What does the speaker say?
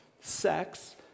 Sex